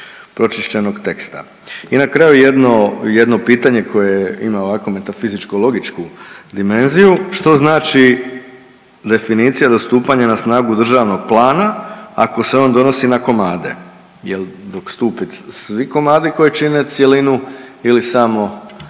pročišćenog teksta. I na kraju jedno, jedno pitanje koje ima ovako metafizičko logičku dimenziju. Što znači definicija do stupanja na snagu državnog plana ako se on donosi na komade. Jel dok stupe svi komadi koji čine cjelinu ili samo,